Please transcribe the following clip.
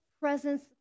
presence